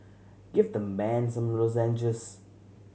give the man some lozenges